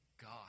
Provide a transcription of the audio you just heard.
God